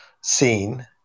seen